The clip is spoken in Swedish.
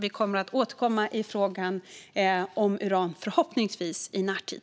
Vi kommer att återkomma i frågan om uran, förhoppningsvis i närtid.